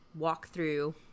walkthrough